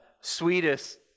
sweetest